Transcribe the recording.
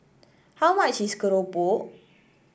how much is Keropok